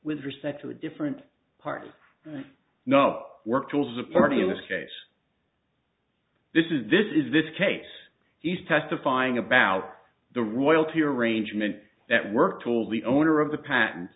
with respect to the different parties no work towards a party in this case this is this is this case he's testifying about the royalty arrangement that work tool the owner of the pat